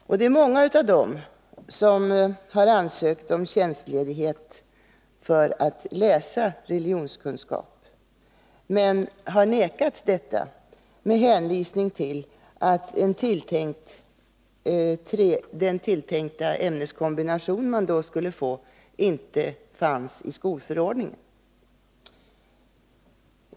Och det är många av dem som har ansökt om tjänstledighet för att läsa religionskunskap men vägrats detta med hänvisning till att den ämneskombination de då skulle få inte fanns i skolförordningen.